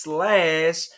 Slash